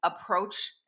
approach